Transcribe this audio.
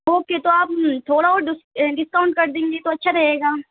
okay تو آپ تھوڑا اور ڈس ڈسکاؤنٹ کر دیں گی تو اچھا رہے گا